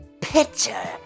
picture